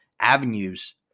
avenues